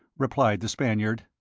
replied the spaniard.